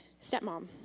stepmom